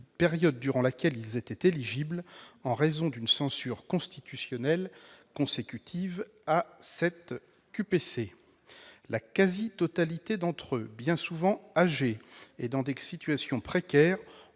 période durant laquelle ils étaient éligibles en raison d'une censure constitutionnelle consécutive à une précédente décision QPC. La quasi-totalité d'entre eux, bien souvent âgés et dans des situations précaires,